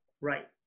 right